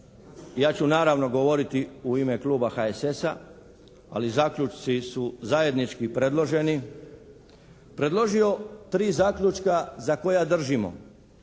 ja ću naravno govoriti u ime kluba HSS-a ali zaključci su zajednički i predloženi, predložio tri zaključka za koja držimo